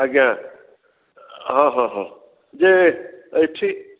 ଆଜ୍ଞା ହଁ ହଁ ହଁ ଯେ ଏଠି